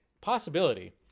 Possibility